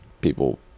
people